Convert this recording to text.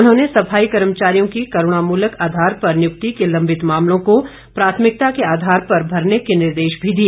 उन्होंने सफाई कर्मचारियों की करूणामूलक आधार पर नियुक्ति के लंबित मामलों को प्राथमिकता के आधार पर भरने के निर्देश भी दिए